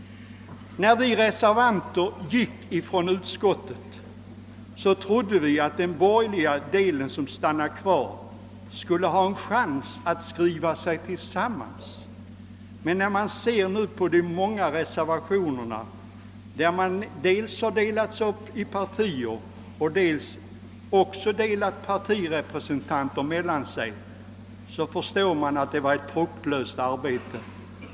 När vi reservanter lämnade tredje lagutskottet trodde vi, att de borgerliga ledamöterna som stannade kvar skulle ha en chans att skriva sig samman. Men när man ser de många reservationerna, där de borgerliga ledamöterna dels delas upp i partier, dels delar partirepresentanter mellan sig förstår man att det var ett fruktlöst arbete.